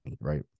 right